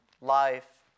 life